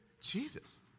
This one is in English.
Jesus